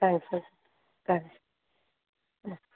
thanks sir thanks ಹ್ಞೂ